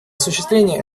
осуществления